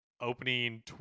opening